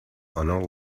honor